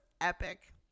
epic